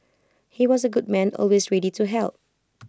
he was A good man always ready to help